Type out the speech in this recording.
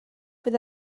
fydd